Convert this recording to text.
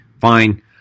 fine